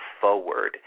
forward